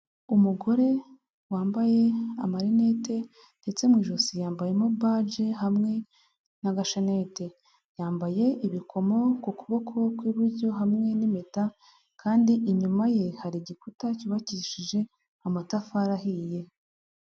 Umugore wambaye amarinette ndetse mu ijosi yambayemo badge hamwe n'agashanete. Yambaye ibikomo ku kuboko kw'iburyo hamwe n'impeta kandi inyuma ye hari igikuta cyubakishije amatafari ahiye.